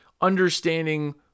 understanding